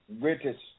greatest